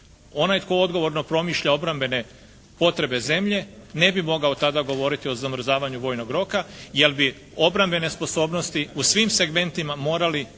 Onaj tko odgovorno promišlja obrambene potrebe zemlje ne bi mogao tada govoriti o zamrzavanju vojnog roka jer bi obrambene sposobnosti u svim segmentima morali